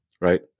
right